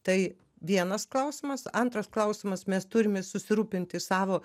tai vienas klausimas antras klausimas mes turime susirūpinti savo